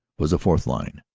was a fourth line,